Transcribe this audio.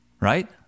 right